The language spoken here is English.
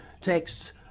texts